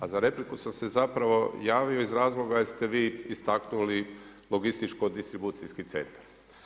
A za repliku sam se zapravo javio iz razloga jer ste vi istaknuli logističko distribucijski centar.